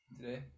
today